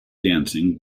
dancing